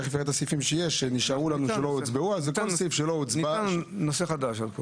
כל סעיף שלא הוצבע, נטען נושא חדש.